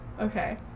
Okay